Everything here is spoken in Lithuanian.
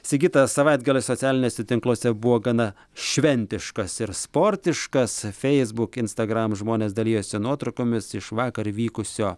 sigita savaitgalis socialiniuose tinkluose buvo gana šventiškas ir sportiškas feisbuk instagram žmonės dalijosi nuotraukomis iš vakar vykusio